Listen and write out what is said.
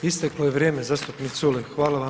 Isteklo je vrijeme zastupnik Culej, hvala vam.